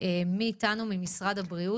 מודיעין עילית,